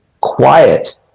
quiet